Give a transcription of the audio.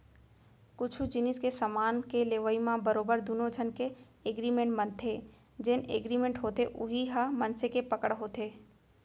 कुछु जिनिस के समान के लेवई म बरोबर दुनो झन के एगरिमेंट बनथे जेन एगरिमेंट होथे उही ह मनसे के पकड़ होथे